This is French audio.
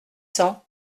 cents